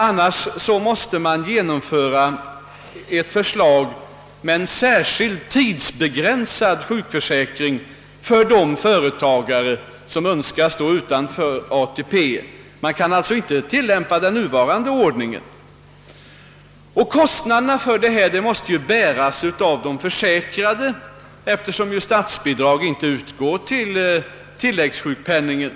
Annars måste man genomföra ett förslag med en särskild tidsbegränsad sjukförsäkring för de företagare som önskar stå utanför ATP. Man kan alltså inte tillämpa den nuvarande ordningen. Kostnaderna för detta måste bäras av de försäkrade, eftersom statsbidrag inte utgår till tilläggssjukpenningen.